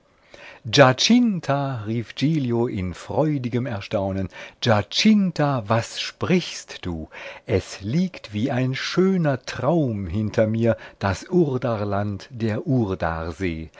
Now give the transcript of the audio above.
rief giglio in freudigem erstaunen giacinta was sprichst du es liegt wie ein schöner traum hinter mir das urdarland der